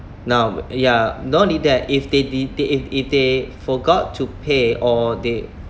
now ya not only that if they di~ they if if they forgot to pay or they